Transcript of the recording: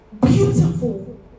beautiful